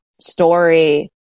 story